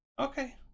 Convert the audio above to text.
Okay